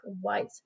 white